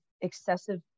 excessive